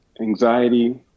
anxiety